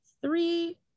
three